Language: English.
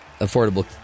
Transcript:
affordable